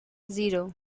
zero